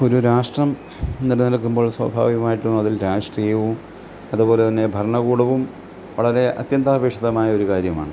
ഒരു രാഷ്ട്രം നിലനിൽക്കുമ്പോൾ സ്വാഭാവികമായിട്ടും അതിൽ രാഷ്ട്രീയവും അതുപോലെ തന്നെ ഭരണകൂടവും വളരെ അത്യന്താപേക്ഷിതമായ ഒരു കാര്യമാണ്